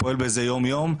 ופועל בזה יום יום,